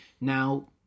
Now